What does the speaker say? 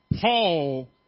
Paul